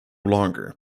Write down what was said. longer